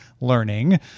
learning